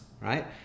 right